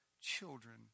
children